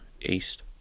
East